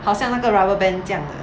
好像那个 rubber band 这样的